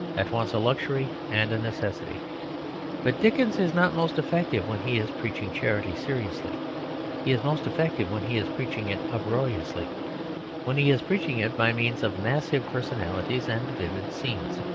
at once a luxury and a necessity but dickens is not most effective when he is preaching charity seriously he is most effective when he is preaching it uproariously when he is preaching it by means of massive personalities and vivid scenes.